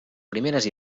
primeres